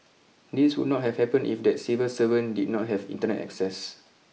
this would not have happened if that civil servant did not have Internet access